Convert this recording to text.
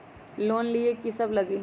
Loan लिए की सब लगी?